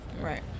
Right